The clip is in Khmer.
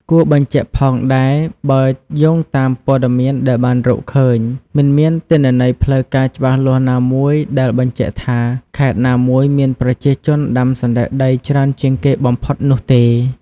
គួបញ្ជាក់ផងដែ បើយោងតាមព័ត៌មានដែលបានរកឃើញ មិនមានទិន្នន័យផ្លូវការច្បាស់លាស់ណាមួយដែលបញ្ជាក់ថាខេត្តណាមួយមានប្រជាជនដាំសណ្តែកដីច្រើនជាងគេបំផុតនោះទេ។